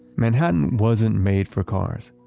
manhattan wasn't made for cars,